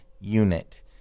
unit